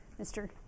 Mr